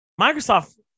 Microsoft